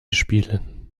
spielen